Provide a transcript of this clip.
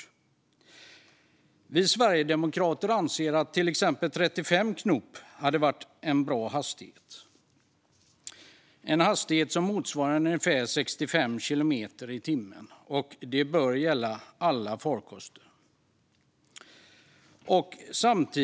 Vi sverigedemokrater anser till exempel att 35 knop hade varit en bra hastighet. Det är en hastighet som motsvarar ungefär 65 kilometer i timmen. Det bör gälla alla farkoster.